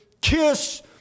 Kiss